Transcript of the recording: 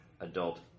adult